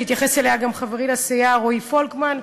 שהתייחס אליה גם חברי לסיעה רועי פולקמן,